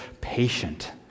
patient